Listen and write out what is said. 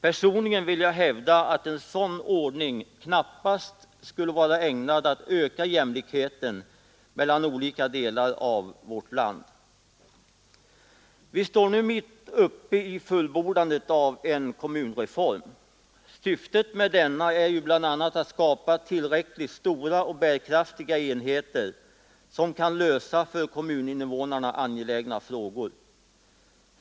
Personligen vill jag hävda att en sådan ordning knappast skulle vara ägnad att öka jämlikheten mellan olika delar av vårt land. Vi står nu mitt uppe i fullbordandet av en kommunreform. Syftet med denna är ju bl.a. att skapa tillräckligt stora och bärkraftiga enheter, som kan lösa för kommuninnevånarna angelägna frågor.